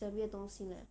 讲 weird 东西 leh